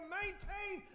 maintain